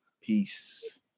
Peace